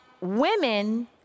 women